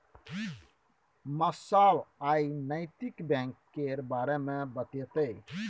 मास्साब आइ नैतिक बैंक केर बारे मे बतेतै